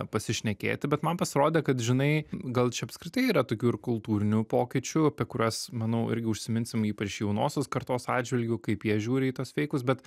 pasišnekėti bet man pasirodė kad žinai gal čia apskritai yra tokių ir kultūrinių pokyčių apie kuriuos manau irgi užsiminsim ypač jaunosios kartos atžvilgiu kaip jie žiūri į tuos feikus bet